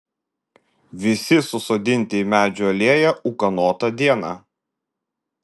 visi susodinti į medžių alėją ūkanotą dieną